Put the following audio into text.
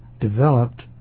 developed